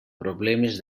problemes